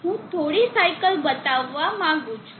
હું થોડી સાઇકલ બતાવવા માંગુ છું